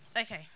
Okay